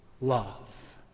love